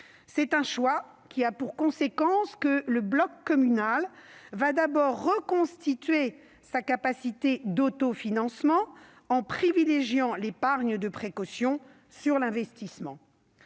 Ce choix a pour conséquence que le bloc communal reconstituera d'abord sa capacité d'autofinancement, en privilégiant l'épargne de précaution sur l'investissement.